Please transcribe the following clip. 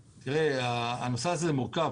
הנושא הזה מורכב.